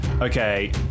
Okay